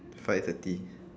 five eh thirty